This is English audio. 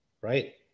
right